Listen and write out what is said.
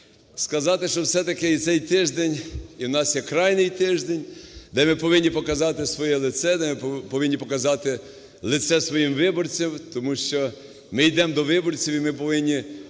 сказати, що все-таки і цей тиждень, і в нас є крайній тиждень, де ми повинні показати своє лице, де повинні показати лице своїм виборцям. Тому що ми йдемо до виборців, і ми повинні